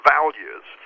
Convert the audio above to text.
Values